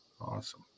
Awesome